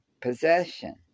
possession